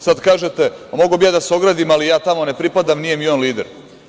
Sada kažete – mogao bih ja da se odredim, ali ja tamo ne pripadam, nije mi on lider.